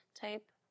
type